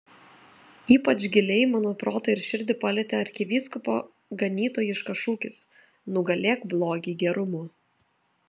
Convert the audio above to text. ypač giliai mano protą ir širdį palietė arkivyskupo ganytojiškas šūkis nugalėk blogį gerumu